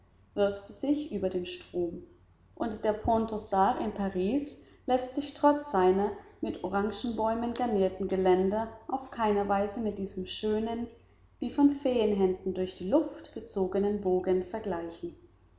wirft sie sich über den strom und der pont aux arts in paris läßt sich trotz seiner mit orangenbäumen garnierten geländer auf keine weise mit diesem schönen wie von feenhänden durch die luft gezogenen bogen vergleichen